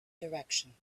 direction